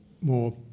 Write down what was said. more